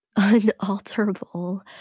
unalterable